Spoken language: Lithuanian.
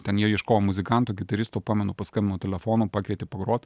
ten jie ieškojo muzikanto gitaristo pamenu paskambino telefonu pakvietė pagrot